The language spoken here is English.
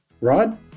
rod